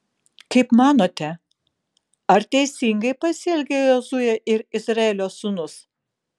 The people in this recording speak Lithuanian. kaip manote ar teisingai pasielgė jozuė ir izraelio sūnus